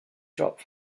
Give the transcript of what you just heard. dropped